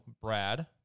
Brad